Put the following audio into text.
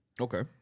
Okay